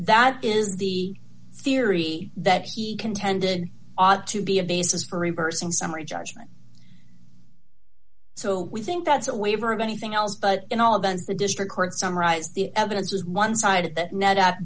that is the theory that he contended ought to be a basis for reversing summary judgment so we think that's a waiver of anything else but in all events the district court summarized the evidence as one sided that no